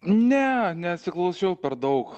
ne nesiklausiau per daug